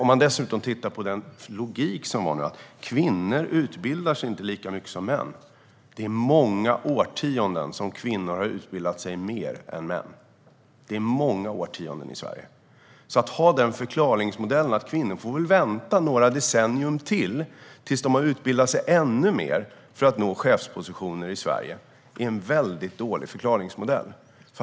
När det gäller den logik som fördes fram här om att kvinnor inte utbildar sig lika mycket som män har kvinnor under många årtionden utbildat sig mer än män. Det är många årtionden som det har varit så i Sverige. Förklaringsmodellen att kvinnor får vänta några decennier till, tills de har utbildat sig ännu mer, för att nå chefspositioner i Sverige är väldig dålig.